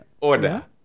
order